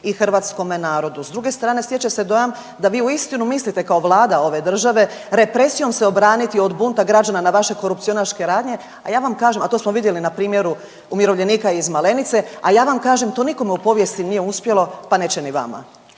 i hrvatskome narodu. S druge strane stječe se dojam da vi uistinu mislite kao Vlada ove države represijom se obraniti od bunta građana na vaše korupcionaške radnje, a ja vam kažem, a to smo vidjeli na primjeru umirovljenika iz Malenice, a ja vam kažem to nikome u povijesti nije uspjelo pa neće ni vama.